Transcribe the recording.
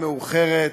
מאוחרת,